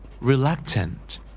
Reluctant